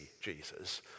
Jesus